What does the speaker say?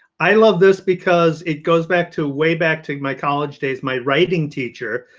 i love this because it goes back to way back to my college days. my writing teacher,